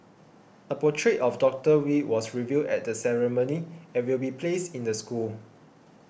a portrait of Doctor Wee was revealed at the ceremony and will be placed in the school